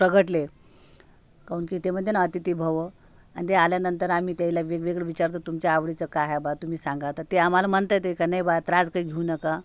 प्रगटले काऊन की ते म्हणते ना अतिथी भव आणि ते आल्यानंतर आम्ही त्यायला वेगवेगळं विचारतो तुमच्या आवडीचं काय हाय बा तुम्ही सांगा तर ते आम्हाला म्हणतात की नाही बा त्रास काही घेऊ नका